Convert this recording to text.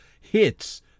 hits